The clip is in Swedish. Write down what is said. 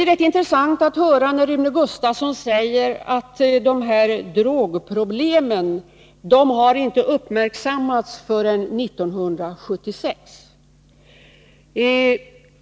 Rune Gustavsson sade att drogproblemen inte har uppmärksammats förrän 1976.